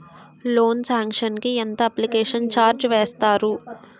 Loan sanction కి ఎంత application charge వేస్తారు?